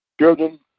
Children